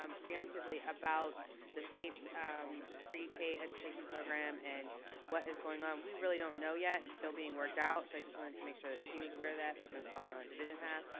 um preemptively about the state's um pre-k education program and what is going on we really don't know yet it's still being worked out. so i just wanted to make sure that she was aware that there's no stalling on division's